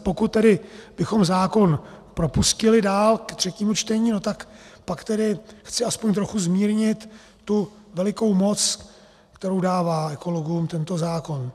Pokud tedy bychom zákon propustili dál do třetího čtení, pak tedy chci aspoň trochu zmírnit tu velikou moc, kterou dává ekologům tento zákon.